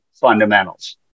fundamentals